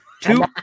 Two